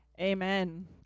Amen